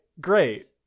great